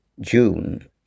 June